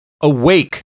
Awake